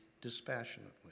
dispassionately